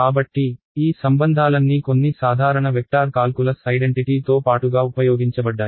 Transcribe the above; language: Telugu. కాబట్టి ఈ సంబంధాలన్నీ కొన్ని సాధారణ వెక్టార్ కాల్కులస్ ఐడెంటిటీ తో పాటుగా ఉపయోగించబడ్డాయి